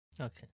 Okay